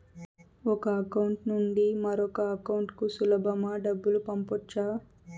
ఒక అకౌంట్ నుండి మరొక అకౌంట్ కు సులభమా డబ్బులు పంపొచ్చా